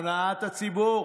הונאת הציבור.